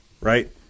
Right